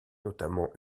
notamment